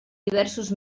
diversos